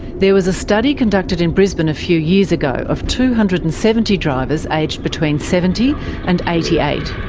there was a study conducted in brisbane a few years ago of two hundred and seventy drivers aged between seventy and eighty eight.